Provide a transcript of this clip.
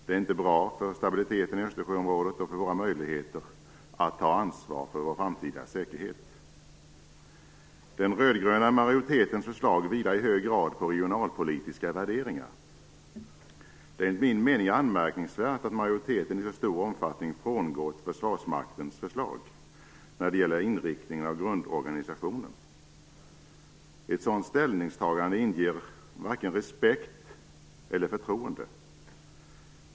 Det är inte bra för stabiliteten i Östersjöområdet och inte heller för våra möjligheter att ta ansvar för vår framtida säkerhet. Den röd-gröna majoritetens förslag vilar i hög grad på regionalpolitiska värderingar. Det är enligt min mening anmärkningsvärt att majoriteten i så stor omfattning har frångått Försvarsmaktens förslag om inriktningen av grundorganisationen. Ett sådant ställningstagande inger varken respekt eller förtroende.